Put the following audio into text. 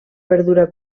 verdura